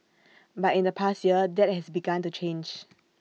but in the past year that has begun to change